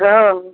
हँ